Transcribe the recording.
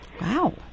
Wow